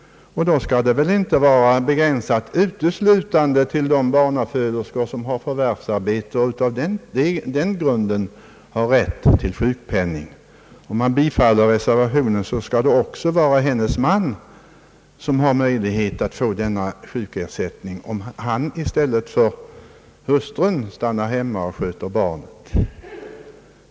Ersättningen bör då inte vara begränsad uteslutande till de barnaföderskor som har förvärvsarbete och på den grunden har rätt till sjukpenning. Om reservationen bifalles bör också kvinnans man ha möjlighet att få sjukersättning om han i stället för hustrun stannar hemma och sköter barnet.